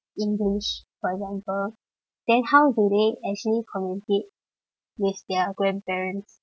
english for example then how do they actually communicate with their grandparents